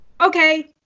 okay